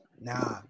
Nah